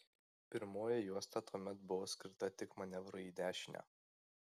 pirmoji juosta tuomet buvo skirta tik manevrui į dešinę